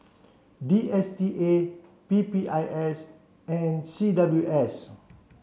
D S T A P P I S and C W S